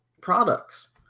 products